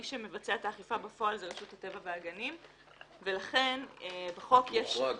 מי שמבצע את האכיפה בפועל זה רשות הטבע והגנים ולכן -- זה מוחרג.